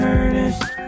earnest